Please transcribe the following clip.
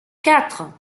quatre